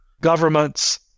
governments